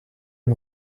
une